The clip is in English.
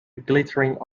glittering